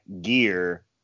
gear